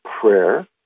prayer